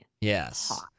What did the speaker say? Yes